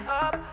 up